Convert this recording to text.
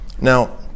Now